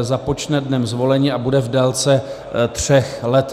započne dnem zvolení a bude v délce tří let.